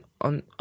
on